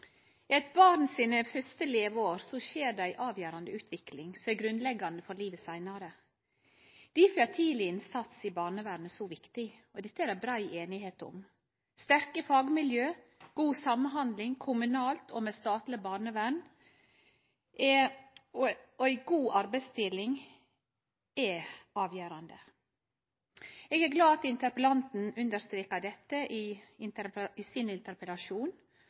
I eit barn sine første leveår skjer det ei avgjerande utvikling som er grunnleggjande for livet seinare. Difor er tidleg innsats i barnevernet så viktig. Dette er det brei einigheit om. Sterke fagmiljø, god samhandling mellom kommunalt og statleg barnevern og ei god arbeidsdeling er avgjerande. Eg er glad for at interpellanten understreker dette i sin interpellasjon,